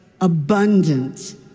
abundant